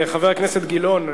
חבר הכנסת גילאון,